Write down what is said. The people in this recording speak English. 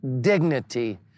dignity